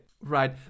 right